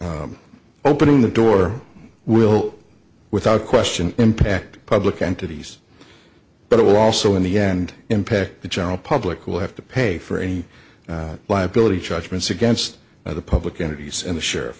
opening the door will without question impact public entities but it will also in the end impact the general public will have to pay for any liability judgments against the public entities and the sheriff